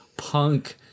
Punk